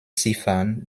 ziffern